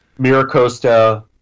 Miracosta